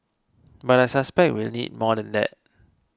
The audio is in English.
but I suspect we will need more than that